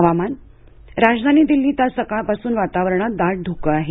हुवामान राजधानी दिल्लीत आज सकाळपासून वातावरणात दाट धुकं आहे